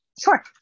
Sure